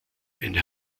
ein